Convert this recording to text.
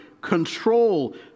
control